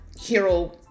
hero